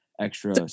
extra